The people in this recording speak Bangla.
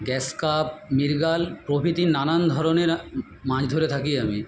গ্রাস কার্প মৃগেল প্রভৃতি নানান ধরনের মাছ ধরে থাকি আমি